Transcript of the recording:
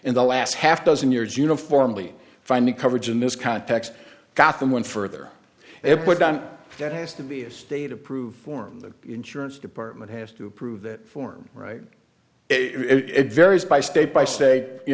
in the last half dozen years uniformly finally coverage in this context got them one further and put on that has to be a state approved form the insurance department has to approve that form right it varies by state by state you